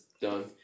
Done